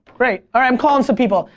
great, alright, i'm calling some people.